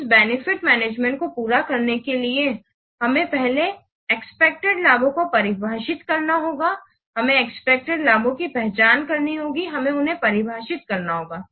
इस benefit management को पूरा करने के लिए हमें पहले एक्सपेक्टेड लाभों को परिभाषित करना होगा हमें एक्सपेक्टेड लाभों की पहचान करनी होगी हमें उन्हें परिभाषित करना होगा